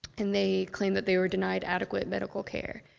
and they claim that they were denied adequate medical care.